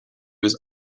was